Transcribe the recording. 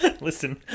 Listen